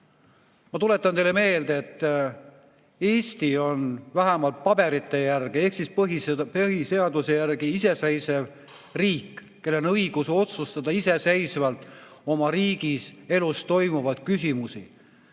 midagi. Tuletan teile meelde, et Eesti on vähemalt paberite järgi ehk siis põhiseaduse järgi iseseisev riik, kellel on õigus otsustada iseseisvalt oma riigis ja elus toimuvaid küsimusi.